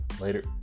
later